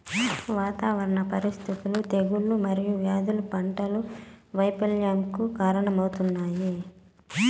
వాతావరణ పరిస్థితులు, తెగుళ్ళు మరియు వ్యాధులు పంట వైపల్యంకు కారణాలవుతాయి